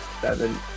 seven